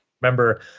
remember